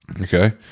Okay